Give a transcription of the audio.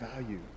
value